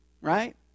right